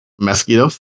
Mosquitoes